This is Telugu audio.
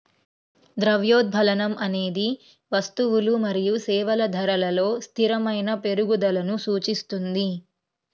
ద్రవ్యోల్బణం అనేది వస్తువులు మరియు సేవల ధరలలో స్థిరమైన పెరుగుదలను సూచిస్తుంది